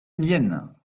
miennes